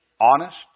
honest